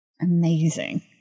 Amazing